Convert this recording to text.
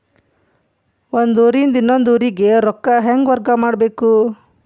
ಒಂದ್ ಊರಿಂದ ಇನ್ನೊಂದ ಊರಿಗೆ ರೊಕ್ಕಾ ಹೆಂಗ್ ವರ್ಗಾ ಮಾಡ್ಬೇಕು?